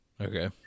okay